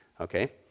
Okay